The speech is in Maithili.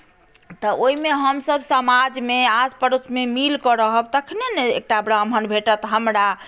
तऽ ओहिमे हमसभ समाजमे आसपड़ोसमे मिलि कऽ रहब तखने ने एकटा ब्राह्मण भेटत हमरा